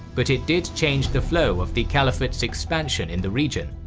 but it did change the flow of the caliphate's expansion in the region.